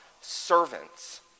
servants